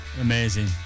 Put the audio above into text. Amazing